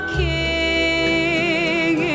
king